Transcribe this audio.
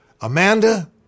Amanda